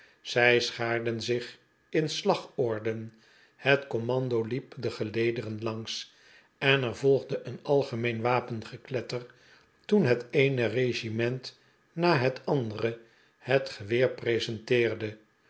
zij sehaarden zich in slagorde het commando liep de gelederen langs en er volgde een algemeen wapengekletter toen het eene regiment na het andere het geweer presenteerde